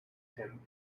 him